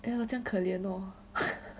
then whoa 这样可怜 orh